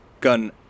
Gun